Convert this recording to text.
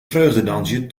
vreugdedansje